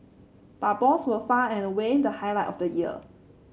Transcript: but balls were far and away the highlight of the year